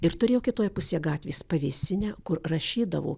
ir turėjo kitoje pusėje gatvės pavėsinę kur rašydavo